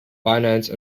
finance